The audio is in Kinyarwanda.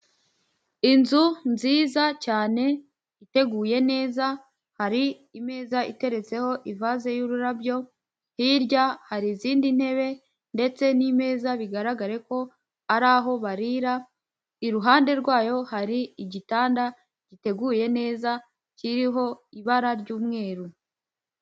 Inzu nziza cyane iteguye neza, hari imeza iteretseho ivaze y'ururabyo, hirya hari izindi ntebe ndetse n'imeza bigaragare ko ari aho barira, iruhande rwayo hari igitanda giteguye neza kiriho ibara ry'umweru.